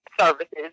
services